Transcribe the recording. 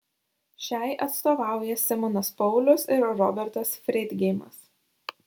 šiai atstovauja simonas paulius ir robertas freidgeimas